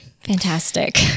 Fantastic